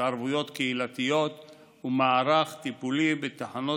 התערבויות קהילתיות ומערך טיפולי בתחנות